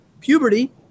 puberty